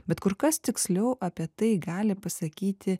bet kur kas tiksliau apie tai gali pasakyti